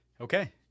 Okay